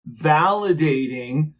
validating